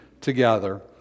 together